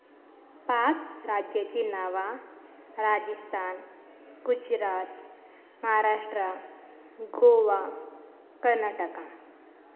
पांच राज्यांचीं नांवां राजस्थान गुजरात महाराष्ट्रा गोवा कर्नाटका